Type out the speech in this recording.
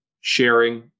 sharing